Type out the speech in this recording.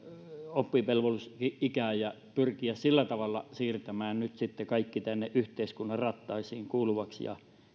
oppivelvollisuusikää ja pyrkiä sillä tavalla siirtämään nyt sitten kaikki tänne yhteiskunnan rattaisiin kuuluvaksi ja